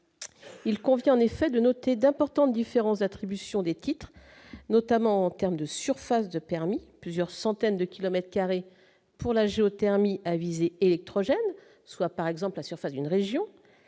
Il convient en effet de noter d'importantes différences d'attribution des titres, notamment en termes de surface de permis plusieurs centaines de kilomètres carrés pour la géothermie avisé électrogène soit par exemple la surface d'une région